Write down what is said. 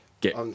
get